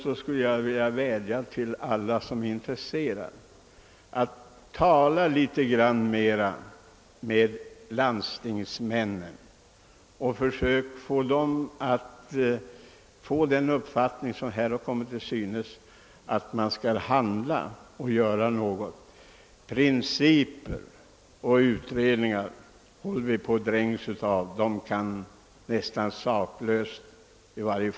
Jag skulle dock vilja vädja till alla intresserade att tala litet mera med landstingsmännen och för söka bibringa dem den uppfattning som framförts här i kammaren, nämligen att det nu verkligen gäller att handla. Principer och utredningar håller vi på att dränkas av. Vi borde i stället nästan strunta i dem.